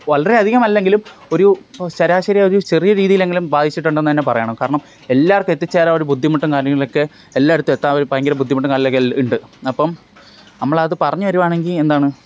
വളരെ അധികം അല്ലെങ്കിലും ഒരു ശരാശരി ഒരു ചെറിയ രീതിയിലെങ്കിലും ബാധിച്ചിട്ടുണ്ട് എന്ന് തന്നെ പറയണം കാരണം എല്ലാവർക്കും എത്തിച്ചേരാൻ ഒരു ബുദ്ധിമുട്ടും കാര്യങ്ങളും ഒക്കെ എല്ലായിടത്തും എത്താൻ ഒരു ഭയങ്കര ബുദ്ധിമുട്ടും ആളുകൾക്കുണ്ട് അപ്പം നമ്മൾ അത് പറഞ്ഞു വരികയാണെങ്കിൽ എന്താണ്